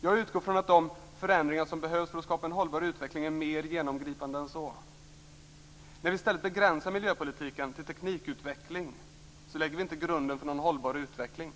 Jag utgår från att de förändringar som behövs för att skapa en hållbar utveckling är mer genomgripande än så. När vi i stället begränsar miljöpolitiken till teknikutveckling lägger vi inte grunden till någon hållbar utveckling.